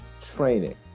training